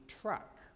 truck